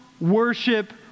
worship